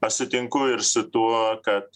aš sutinku ir su tuo kad